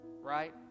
right